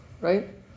right